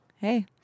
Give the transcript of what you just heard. Hey